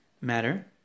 matter